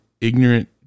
ignorant